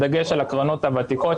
בדגש על הקרנות הוותיקות,